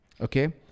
Okay